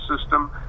system